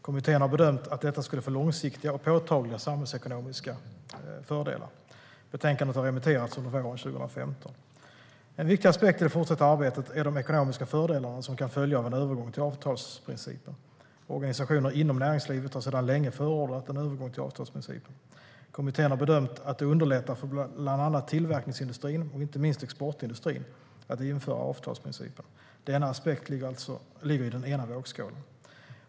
Kommittén har bedömt att detta skulle få långsiktiga och påtagliga samhällsekonomiska fördelar. Betänkandet har remitterats under våren 2015. En viktig aspekt i det fortsatta arbetet är de ekonomiska fördelarna som kan följa av en övergång till avtalsprincipen. Organisationer inom näringslivet har sedan länge förordat en övergång till avtalsprincipen. Kommittén har bedömt att det underlättar för bland annat tillverkningsindustrin, och inte minst exportindustrin, att införa avtalsprincipen. Denna aspekt ligger i den ena vågskålen.